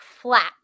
flat